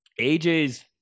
AJ's